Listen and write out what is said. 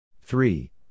Three